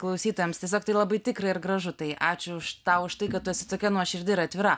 klausytojams tiesiog tai labai tikra ir gražu tai ačiū už tau už tai kad tu esi tokia nuoširdi ir atvira